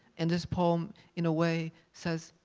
and this poem in a way says,